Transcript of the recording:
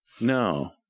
No